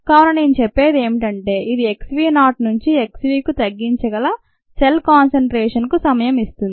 కావున నేను చెప్పేది ఏమిటంటే ఇది x v నాట్ నుంచి x v కు తగ్గించగల "సెల్ కాన్సెన్ట్రేషన్" కు సమయం ఇస్తుంది